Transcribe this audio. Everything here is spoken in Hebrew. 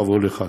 בראבו לך.